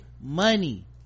money